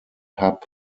hub